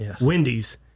Wendy's